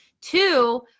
Two